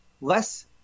less